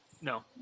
No